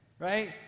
right